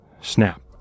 snap